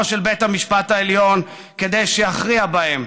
של בית המשפט העליון כדי שיכריע בהם.